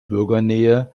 bürgernähe